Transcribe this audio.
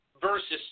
versus